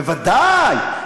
בוודאי.